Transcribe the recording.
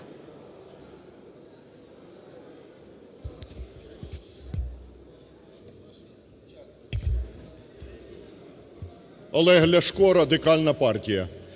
Олег Ляшко, Радикальна партія.